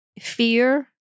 fear